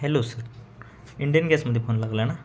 hello sir Indian गॅसमदे phone लागलाय ना